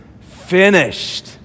finished